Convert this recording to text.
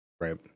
Right